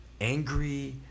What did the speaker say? angry